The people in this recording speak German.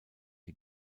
die